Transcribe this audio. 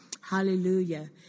Hallelujah